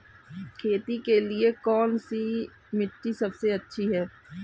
खेती के लिए कौन सी मिट्टी सबसे अच्छी है?